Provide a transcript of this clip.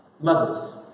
mothers